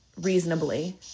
reasonably